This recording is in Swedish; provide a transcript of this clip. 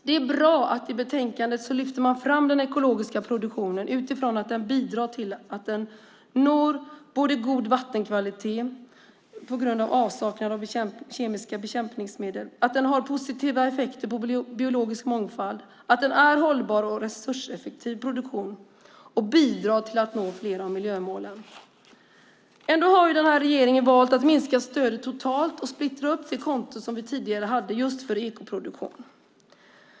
Det är bra att man i betänkandet lyfter fram den ekologiska produktionen utifrån att den bidrar till att vi når god vattenkvalitet på grund av avsaknaden av kemiska bekämpningsmedel, att den har positiva effekter på biologisk mångfald, att den är hållbar och resurseffektiv produktion och att den bidrar till att nå flera av miljömålen. Ändå har den här regeringen valt att minska stödet totalt och splittra upp det konto som vi tidigare hade just för ekoproduktion.